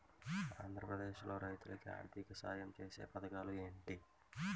ఆంధ్రప్రదేశ్ లో రైతులు కి ఆర్థిక సాయం ఛేసే పథకాలు ఏంటి?